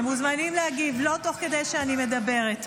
אתם מוזמנים להגיב, לא תוך כדי שאני מדברת.